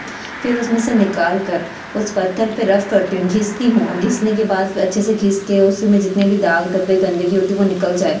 फिर उसमें से निकालकर उस पत्थर पर रफ़ करती हूँ घिसती हूँ और घिसने के बाद फ़िर अच्छे से घिस कर उसमें जितनी भी दाग धब्बे गंदगी होती है वह निकल जाए